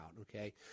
Okay